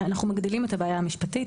אנחנו מגדילים את הבעיה המשפטית.